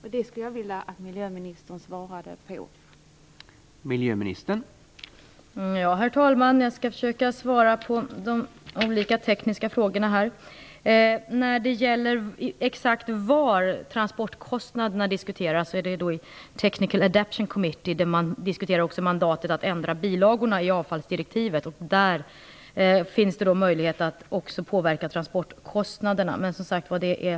Jag skulle vilja att miljöministern tar upp detta i sitt svar.